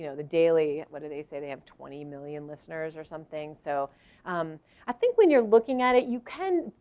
you know the daily what do they say they have? twenty million listeners or something. so i think when you're looking at it, you can,